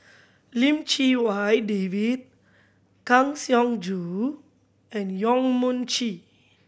Lim Chee Wai David Kang Siong Joo and Yong Mun Chee